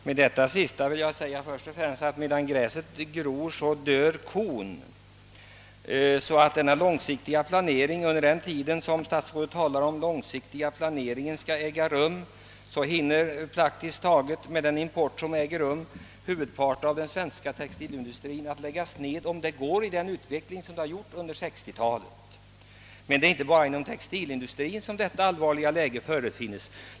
Herr talman! Först och främst vill jag säga att medan gräset gror dör kon. Om utvecklingen går i samma riktning som hittills under sextiotalet hinner under den långsiktiga planering, som statsrådet talar om, huvudparten av den svenska textilindustrien läggas ned på grund av importen. Det är inte bara inom textilindustrien som detta allvarliga läge råder.